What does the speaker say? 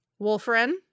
Wolfren